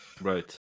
right